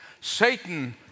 Satan